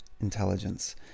intelligence